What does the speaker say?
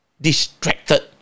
distracted